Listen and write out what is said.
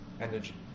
energy